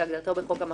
כהגדרתו בחוק המחשבים,